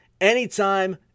anytime